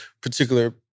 particular